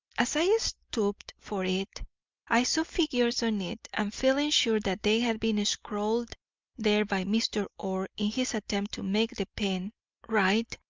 as i stooped for it i saw figures on it, and feeling sure that they had been scrawled there by mr. orr in his attempt to make the pen write,